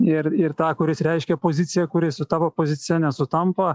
ir ir tą kuris reiškia poziciją kuri su tavo pozicija nesutampa